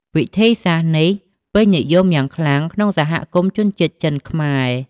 វិធីសាស្ត្រនេះពេញនិយមយ៉ាងខ្លាំងក្នុងសហគមន៍ជនជាតិចិន-ខ្មែរ។